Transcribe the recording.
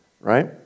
right